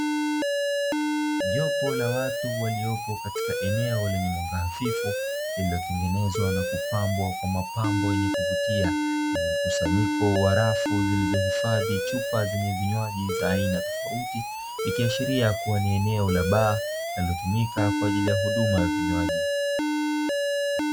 Jopo la watu waliopo katika eneo lenye mwanga hafifu lililotengenezwa na kupambwa kwa mapambo yenye kuvutia kwenye mkusanyiko wa rafu, zilizohifadhi chupa zenye vinywaji za aina tofauti. Ikiashiria kuwa ni eneo la baa linalotumika kwa ajili ya huduma ya vinywaji.